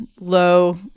low